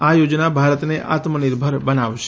આ યોજના ભારતને આત્મનિર્ભર બનાવશે